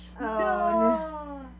No